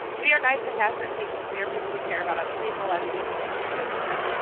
we are nice compassionate people. we are people who care about other people as we just discussed,